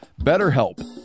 BetterHelp